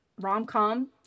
rom-com